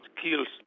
skills